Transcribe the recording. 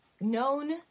known